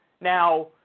Now